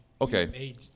Okay